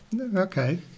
Okay